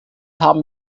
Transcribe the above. haben